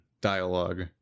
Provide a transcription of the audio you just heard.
dialogue